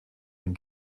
ihn